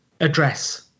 address